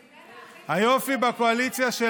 האידיאולוגיה,